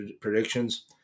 predictions